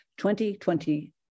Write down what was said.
2020